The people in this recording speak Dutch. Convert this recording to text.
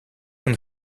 een